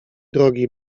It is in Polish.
drogi